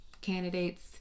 candidates